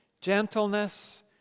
gentleness